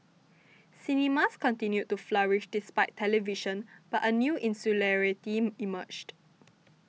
cinemas continued to flourish despite television but a new insularity emerged